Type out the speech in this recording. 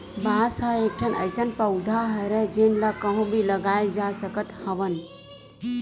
बांस ह एकठन अइसन पउधा हरय जेन ल कहूँ भी लगाए जा सकत हवन